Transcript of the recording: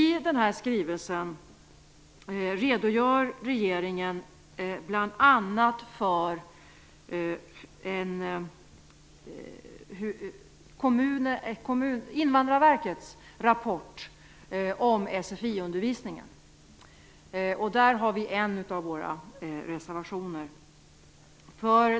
I skrivelsen redogör regeringen bl.a. för Invandrarverkets rapport om sfi-undervisningen, som behandlas i en av våra reservationer.